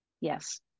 Yes